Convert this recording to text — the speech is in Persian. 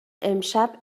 امشب